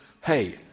hey